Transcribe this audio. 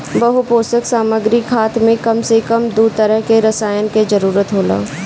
बहुपोषक सामग्री खाद में कम से कम दू तरह के रसायन कअ जरूरत होला